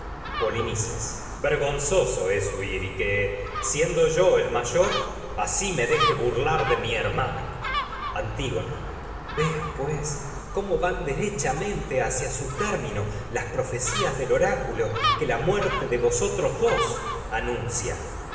vergonzoso es huir y que siendo yo mayor asi me deje burlar de mi hermano pues antígona hacia ves cómo van derechamente su término las dos profecías del oráculo que la muer te de vosotros anuncia